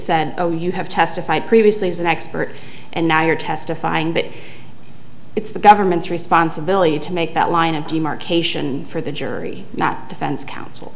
said oh you have testified previously as an expert and now you're testifying that it's the government's responsibility to make that line of demarcation for the jury not defense counsel